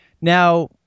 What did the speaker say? Now